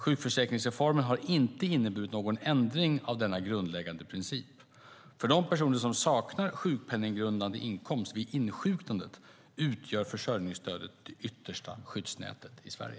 Sjukförsäkringsreformen har inte inneburit någon ändring av denna grundläggande princip. För de personer som saknar sjukpenninggrundande inkomst vid insjuknande utgör försörjningsstödet det yttersta skyddsnätet i Sverige.